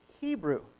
Hebrew